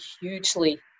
hugely